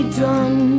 done